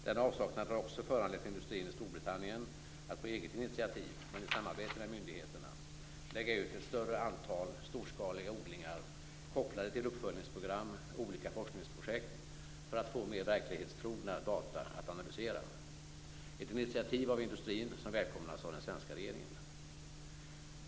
Denna avsaknad har också föranlett industrin i Storbritannien att på eget initiativ, men i samarbete med myndigheterna, lägga ut ett större antal storskaliga odlingar kopplade till uppföljningsprogram och olika forskningsprojekt, för att få mer verklighetstrogna data att analysera. Detta är ett initiativ av industrin som välkomnas av den svenska regeringen.